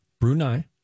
Brunei